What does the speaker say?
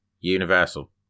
Universal